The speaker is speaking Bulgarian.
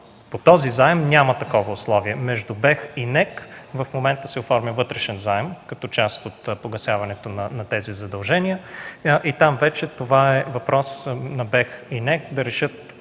По този заем няма такова условие. Между БЕХ и НЕК в момента се оформя вътрешен заем, като част от погасяването на тези задължения и там вече това е въпрос на БЕХ и НЕК да решат,